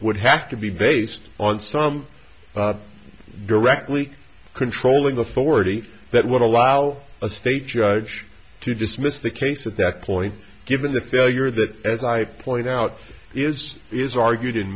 would have to be based on some directly controlling the forty that would allow a state judge to dismiss the case at that point given the failure that as i point out is is argued in